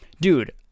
Dude